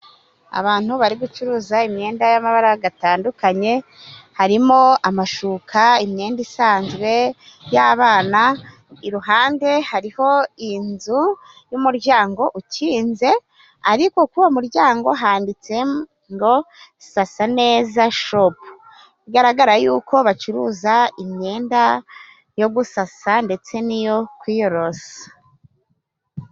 Abantu bari gucuruza imyenda y'amabara gatandukanye harimo amashuka ,imyenda isanzwe y'abana, iruhande hariho inzu y'umuryango ukinze ariko kuri uwo muryango handitse ngo sasa neza shopu bigaragara yuko bacuruza imyenda yo gusasa ndetse n'iyo kwiyorosa.